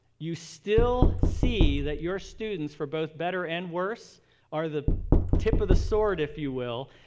you still see that your students for both better and worse are the tip of the sword, if you will,